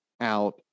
out